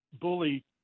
Bully